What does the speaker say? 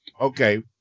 Okay